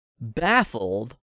baffled